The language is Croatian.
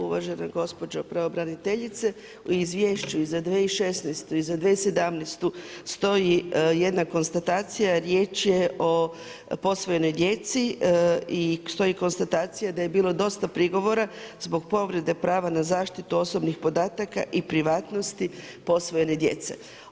Uvažena gospođo pravobraniteljice, u izvješću za 2016. i za 2017. stoji jedna konstatacija, riječ je o posvojenoj djeci i stoji konstatacija da je bilo dosta prigovora zbog povrede prava na zaštitu osobnih podataka i privatnosti posvojene djece.